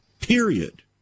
Period